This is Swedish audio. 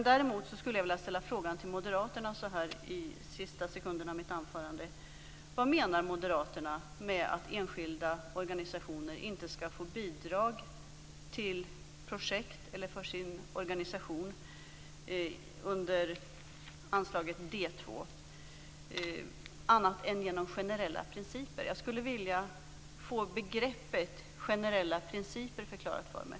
Däremot skulle jag så här i slutet av mitt anförande vilja fråga: Vad menar moderaterna med att enskilda organisationer under anslaget D 2 inte skall få bidrag till projekt eller för sin organisation annat än genom generella principer? Jag skulle vilja få begreppet generella principer förklarat för mig.